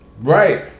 Right